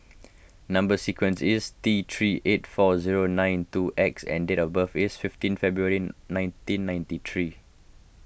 Number Sequence is T three eight four zero nine two X and date of birth is fifteen February nineteen ninety three